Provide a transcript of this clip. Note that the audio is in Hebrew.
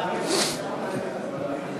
חוק